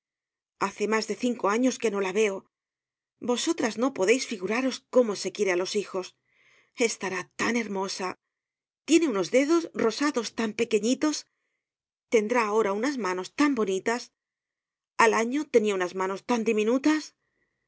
hace mas de cinco años que no la veo vosotras no podeis figuraros cómo se quiere á los hijos estará tan hermosa tiene unos dedos rosados tan pequeñitos tendrá ahora unas manos tan bonitas al año tenia unas manos tan diminutas